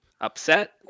upset